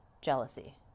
jealousy